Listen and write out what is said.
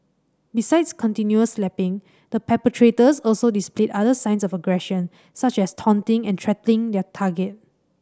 besides continual slapping the perpetrators also displayed other signs of aggression such as taunting and threatening their target